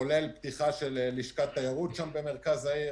כולל פתיחה של לשכת תיירות במרכז העיר.